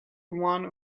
one